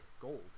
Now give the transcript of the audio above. gold